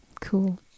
Cool